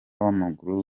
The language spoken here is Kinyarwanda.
w’amaguru